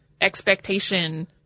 expectation